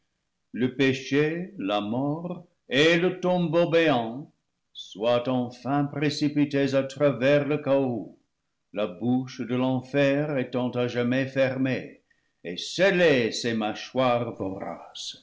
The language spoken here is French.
le péché la mort et le tombeau béant soient enfin précipités à travers le chaos la bouche de l'enfer étant à jamais fermée et scellées ses mâchoires